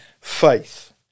faith